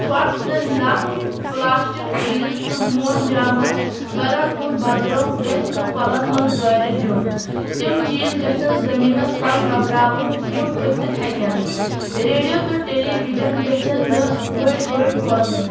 ژھۄٹھ تہٕ لَژھ پٕلاسٹِک چیٖز تہٕ موم جامہٕ گَرَن ہُنٛد بدرَو گژھِ نہٕ کۄلن منٛز دٲرِتھ دیُن تِم چیٖز گژھن زٔمیٖنس تَل دبراوٕنۍ یِم ہوٚژِتھ ہیٚکٮ۪ن ریڈیو تہٕ ٹیلی وِجن گژھٮ۪ن نہٕ بٔڑۍ بٔڑۍ بوزٕنۍ